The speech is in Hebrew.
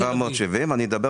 770. אני אעשה